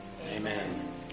Amen